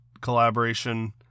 collaboration